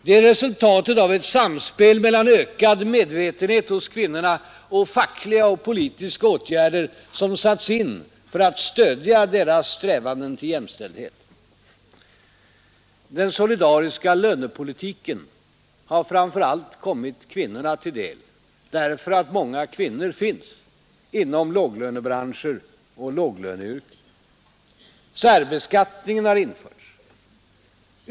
Det är resultatet av ett samspel mellan ökad medvetenhet hos kvinnorna och fackliga och politiska åtgärder, som satts in för att stödja deras strävanden till jämställdhet. Den solidariska lönepolitiken har framför allt kommit kvinnorna till del, därför att många kvinnor finns inom låglönebranscher och låglöneyrken. Särbeskattningen har införts.